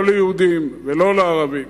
לא ליהודים ולא לערבים.